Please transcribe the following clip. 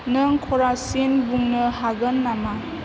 नों खरासिन बुंनो हागोन नामा